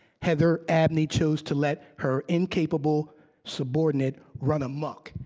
heather abney chose to let her incapable subordinate run amok,